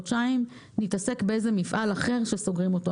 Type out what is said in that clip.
חודשיים נתעסק באיזה מפעל אחר שסוגרים אותו,